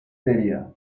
seria